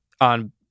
on